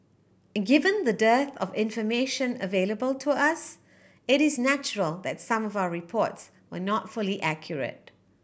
given the dearth of information available to us it is natural that some of our reports were not fully accurate